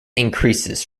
increases